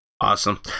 Awesome